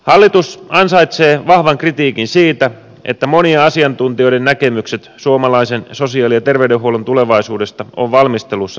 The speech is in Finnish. hallitus ansaitsee vahvan kritiikin siitä että monien asiantuntijoiden näkemykset suomalaisen sosiaali ja terveyshuollon tulevaisuudesta on valmistelussa sivuutettu